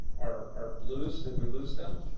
our our blues did we lose them?